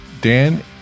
Dan